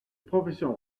propositions